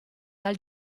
dal